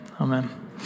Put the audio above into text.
amen